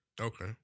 okay